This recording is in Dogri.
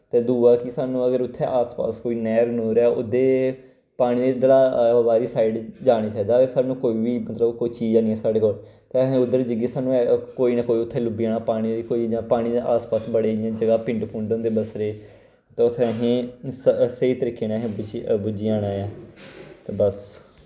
ते दुआ कि साणु अगर उत्थै आस पास कोई नैह्र नूह्र ऐ ओह्दे पानी दा आवा दी साइड जाने चाहिदा अगर साणु कोई वी मतलव कोई चीज हैनी ऐ साढ़े कोल ते असें उद्दर जाइयै साणु कोई ना कोई उत्थै लुब्बी जाना पानी दी कोई इ'यां पानी दे आस पास बड़े इ'यां पिंड पुंड होंदे बसे दे ते उत्थै असें स स्हेई तरीके नै असें पुज्जी जाना ऐ ते बस